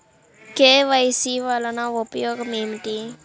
KYC వలన ఉపయోగం ఏమిటీ?